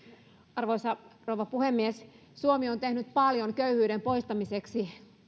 arvoisa rouva puhemies suomi on tehnyt paljon köyhyyden poistamiseksi